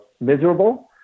miserable